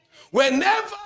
Whenever